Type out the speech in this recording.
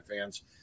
fans